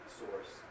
source